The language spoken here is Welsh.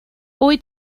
wyt